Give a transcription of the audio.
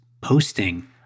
posting